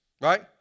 right